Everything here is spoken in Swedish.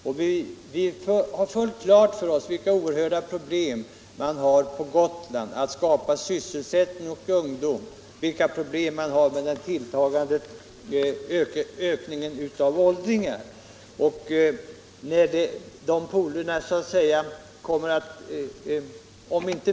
Vi har fullt klart för oss vilka oerhörda problem man har på Gotland med att skapa sysselsättning för ungdomen och vilka problem ökningen av antalet åldringar medför.